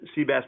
Seabass